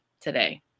today